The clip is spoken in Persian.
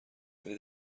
ولی